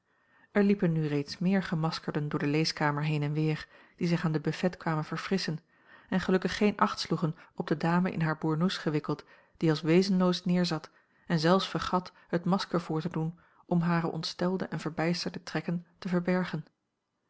er liepen nu reeds meer gemaskerden door de leeskamer heen en weer die zich aan het buffet kwamen verfrisschen en gelukkig geen acht sloegen op de dame in haar boernoes gewikkeld die als wezenloos neerzat en zelfs vergat het masker voor te doen om hare ontstelde en verbijsterde trekken te verbergen